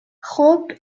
خوب